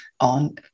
on